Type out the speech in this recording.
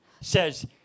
says